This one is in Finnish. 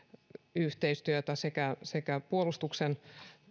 yhteistyö sekä sekä puolustuksen